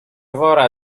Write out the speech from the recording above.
wora